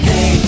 Hey